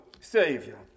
Savior